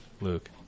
Luke